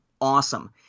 awesome